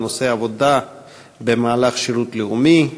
בנושא: עבודה במהלך שירות לאומי.